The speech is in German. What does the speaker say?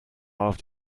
auf